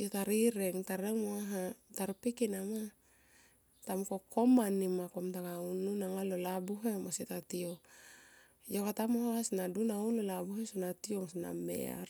yo tarireng mo haha tarpek enama ta mungkone kamanima komtaunun alo labuhe mo kosieta tiou ma. Yokata mui mo haha sona dun aun lo labuhe sona tiou mo sona ner.